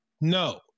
no